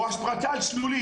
או השפרצה על שלולית,